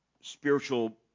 spiritual